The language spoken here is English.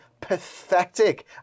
pathetic